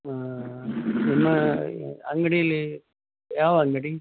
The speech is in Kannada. ಹಾಂ ನಿಮ್ಮ ಅಂಗಡೀಲಿ ಯಾವ ಅಂಗಡಿ